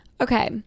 okay